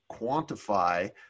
quantify